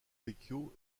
vecchio